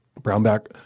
Brownback